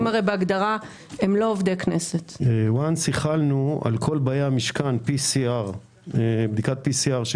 ברגע שהחלנו על כל באי המשכן בדיקת PCR של